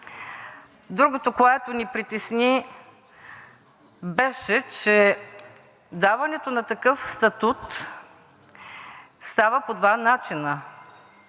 Другото, което ни притесни, беше, че даването на такъв статут става по два начина.